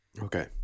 Okay